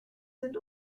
sind